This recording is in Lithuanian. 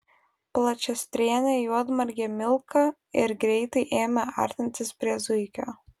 plačiastrėnė juodmargė milka ir greitai ėmė artintis prie zuikio